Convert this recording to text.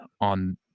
on